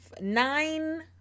nine